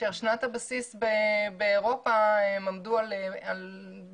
כאשר בשנת הבסיס באירופה הם עמדו על כ-100.